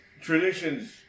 traditions